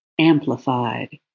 amplified